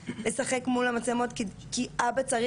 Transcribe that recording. וזה לא ככה המציאות.